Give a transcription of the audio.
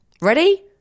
Ready